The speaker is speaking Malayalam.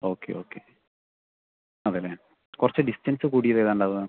ഓക്കെ ഓക്കെ അതെയല്ലേ കുറച്ച് ഡിസ്റ്റൻസ് കൂടിയത് ഏതാണ് ഉണ്ടാവുക